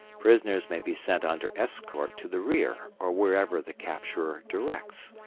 prisoners may be sent under escort to the rear or wherever the capturer directs,